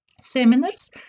seminars